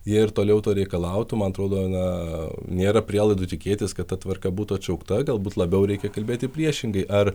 jie ir toliau to reikalautų man atrodo na nėra prielaidų tikėtis kad ta tvarka būtų atšaukta galbūt labiau reikia kalbėti priešingai ar